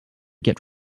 get